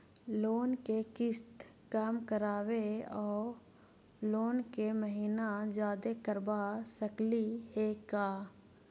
Loan के किस्त कम कराके औ लोन के महिना जादे करबा सकली हे का?